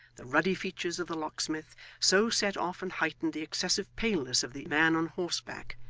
the ruddy features of the locksmith so set off and heightened the excessive paleness of the man on horseback,